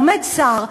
עומד שר,